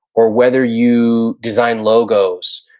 or whether you design logos,